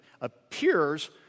appears